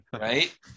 Right